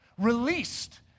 released